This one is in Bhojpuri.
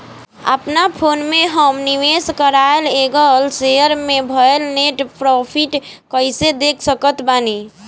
अपना फोन मे हम निवेश कराल गएल शेयर मे भएल नेट प्रॉफ़िट कइसे देख सकत बानी?